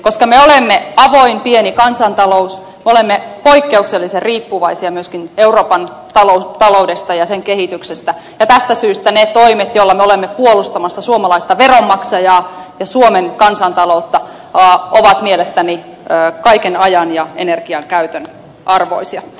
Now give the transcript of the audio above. koska me olemme avoin pieni kansantalous me olemme poikkeuksellisen riippuvaisia myöskin euroopan taloudesta ja sen kehityksestä ja tästä syystä ne toimet joilla me olemme puolustamassa suomalaista veronmaksajaa ja suomen kansantaloutta ovat mielestäni kaiken ajan ja energian käytön arvoisia